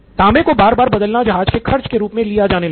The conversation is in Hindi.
तांबे को बार बार बदलना जहाज के खर्च के रूप में लिया जाने लगा